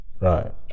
right